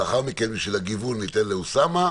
ולאחר מכן, בשביל הגיוון, ניתן לאוסאמה,